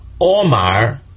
Omar